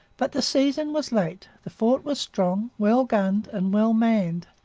but the season was late. the fort was strong, well gunned, and well manned.